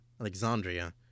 Alexandria